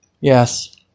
Yes